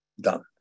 Done